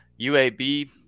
UAB